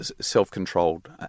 self-controlled